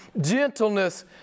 gentleness